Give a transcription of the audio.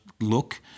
look